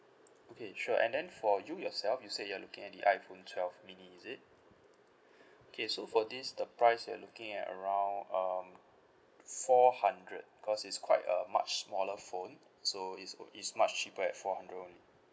okay sure and then for you yourself you said you are looking at the iphone twelve mini is it okay so for this the price you are looking at around um four hundred cause it's quite a much smaller phone so it's oh it's much cheaper at four hundred only